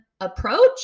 approach